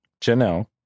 janelle